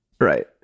Right